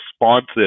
responsive